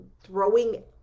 throwing